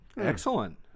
Excellent